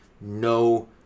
no